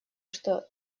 что